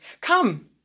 Come